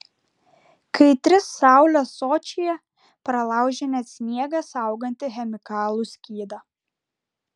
kaitri saulė sočyje pralaužia net sniegą saugantį chemikalų skydą